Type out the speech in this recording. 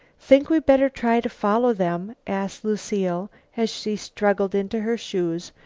think we better try to follow them? asked lucile, as she struggled into her shoes,